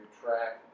track